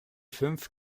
fünf